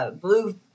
blue